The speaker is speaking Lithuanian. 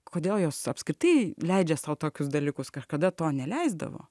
kodėl jos apskritai leidžia sau tokius dalykus kažkada to neleisdavo